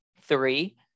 three